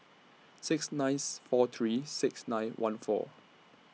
six ninth four three six nine one four